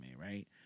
right